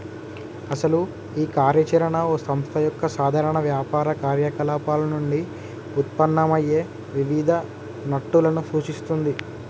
అసలు ఈ కార్య చరణ ఓ సంస్థ యొక్క సాధారణ వ్యాపార కార్యకలాపాలు నుండి ఉత్పన్నమయ్యే వివిధ నట్టులను సూచిస్తుంది